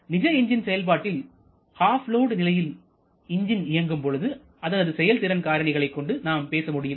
நிஜ எஞ்ஜின் செயல்பாட்டில் half load நிலையில் எஞ்சின் இயங்கும் பொழுது அதனது செயல்திறன் காரணிகளை கொண்டு நாம் பேச முடியும்